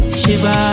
shiba